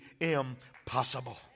impossible